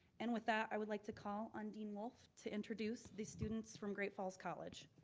and with that, i would like to call on dean wolff to introduce these students from great falls college.